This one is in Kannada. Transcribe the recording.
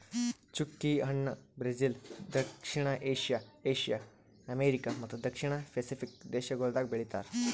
ಚ್ಚುಕಿ ಹಣ್ಣ ಬ್ರೆಜಿಲ್, ದಕ್ಷಿಣ ಏಷ್ಯಾ, ಏಷ್ಯಾ, ಅಮೆರಿಕಾ ಮತ್ತ ದಕ್ಷಿಣ ಪೆಸಿಫಿಕ್ ದೇಶಗೊಳ್ದಾಗ್ ಬೆಳಿತಾರ್